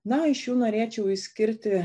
na iš jų norėčiau išskirti